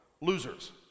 losers